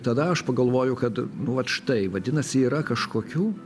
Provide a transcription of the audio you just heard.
tada aš pagalvoju kad nu vat štai vadinasi yra kažkokių